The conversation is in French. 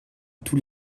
tous